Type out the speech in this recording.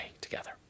together